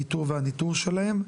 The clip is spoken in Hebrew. האיתור והניטור שלהם,